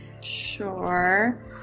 Sure